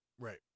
right